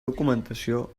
documentació